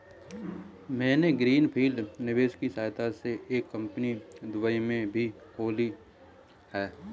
मैंने green field निवेश की सहायता से एक कंपनी दुबई में भी खोल ली है